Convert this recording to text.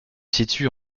situe